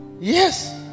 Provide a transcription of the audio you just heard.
yes